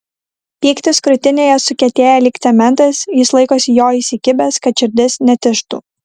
pyktis krūtinėje sukietėja lyg cementas jis laikosi jo įsikibęs kad širdis netižtų